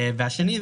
והשני,